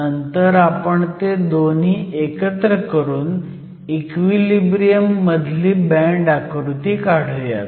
नंतर आपण ते दोन्ही एकत्र करून इक्विलिब्रियम मधली बँड आकृती काढुयात